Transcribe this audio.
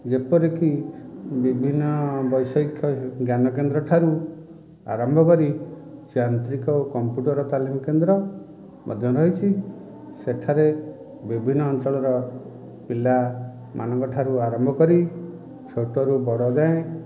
ଯେପରିକି ବିଭିନ୍ନ ବୈଷୟିକ ଜ୍ଞାନକେନ୍ଦ୍ରଠାରୁ ଆରମ୍ଭ କରି ଯାନ୍ତ୍ରିକ କମ୍ପୁଟର ତାଲିମ କେନ୍ଦ୍ର ମଧ୍ୟ ରହିଛି ସେଠାରେ ବିଭିନ୍ନ ଅଞ୍ଚଳର ପିଲାମାନଙ୍କ ଠାରୁ ଆରମ୍ଭ କରି ଛୋଟରୁ ବଡ଼ ଯାଏଁ